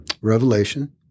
Revelation